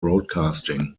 broadcasting